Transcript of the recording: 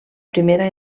primera